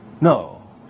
no